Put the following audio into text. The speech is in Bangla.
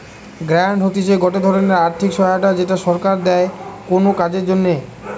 গ্রান্ট হতিছে গটে ধরণের আর্থিক সহায়তা যেটা সরকার দেয় কোনো কাজের জন্যে